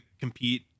compete